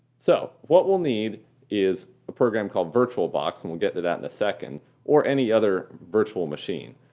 so what we'll need is a program called virtualbox, and we'll get to that in a second or any other virtual machine.